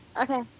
Okay